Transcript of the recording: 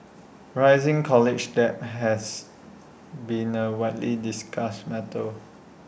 rising college debt has been A widely discussed matter